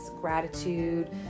gratitude